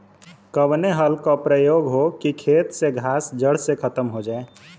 कवने हल क प्रयोग हो कि खेत से घास जड़ से खतम हो जाए?